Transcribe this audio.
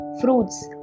fruits